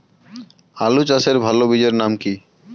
আলু চাষের ভালো বীজের নাম কি?